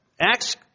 Acts